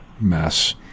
mess